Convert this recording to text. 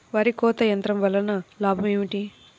వరి కోత యంత్రం వలన లాభం ఏమిటి?